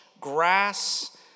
grass